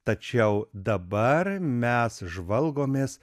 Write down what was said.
tačiau dabar mes žvalgomės